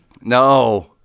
No